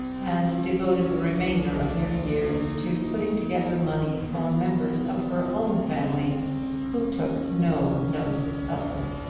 and devoted the remainder of her years to putting together money for members of her own family who took no notice of her.